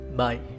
bye